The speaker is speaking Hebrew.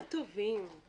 אנחנו יותר טובים.